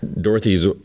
Dorothy's